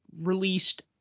released